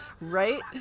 Right